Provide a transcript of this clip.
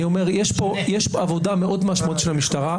יש עבודה מאוד משמעותית של המשטרה.